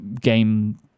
game